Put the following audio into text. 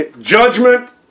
Judgment